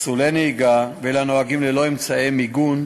פסולי נהיגה ואלה הנוהגים ללא אמצעי מיגון,